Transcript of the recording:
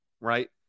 right